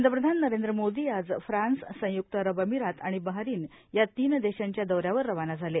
पंतप्रधान नरेंद्र मोदी आज फ्रान्स संयुक्त अरब अमिरात आणि बाहरीन या तीन देषांच्या दौऱ्यावर रवाना झाले